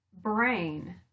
brain